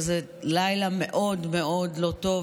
אבל זה לילה מאוד מאוד לא טוב,